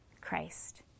Christ